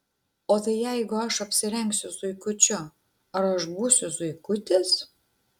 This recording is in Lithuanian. o tai jeigu aš apsirengsiu zuikučiu ar aš būsiu zuikutis